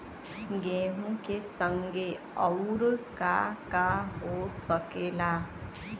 गेहूँ के संगे आऊर का का हो सकेला?